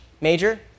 major